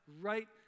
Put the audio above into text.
right